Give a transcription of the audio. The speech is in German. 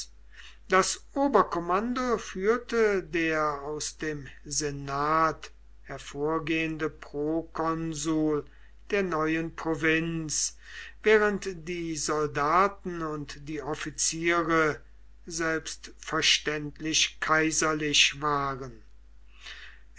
das oberkommando führte der aus dem senat hervorgehende prokonsul der neuen provinz während die soldaten und die offiziere selbstverständlich kaiserlich waren